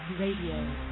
Radio